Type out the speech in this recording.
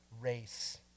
race